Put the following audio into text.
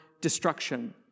destruction